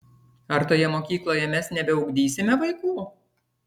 ar toje mokykloje mes nebeugdysime vaikų